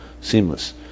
seamless